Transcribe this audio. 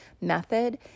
method